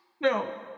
No